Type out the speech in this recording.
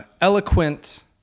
eloquent